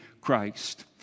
Christ